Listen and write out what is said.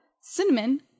cinnamon